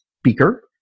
speaker